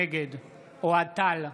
נגד אוהד טל,